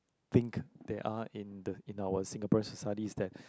think they are in the in our Singaporean society is that